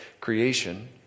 creation